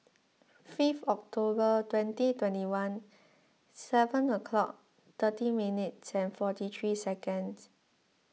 fifth October twenty twenty one seven o'clock thirty minutes forty three seconds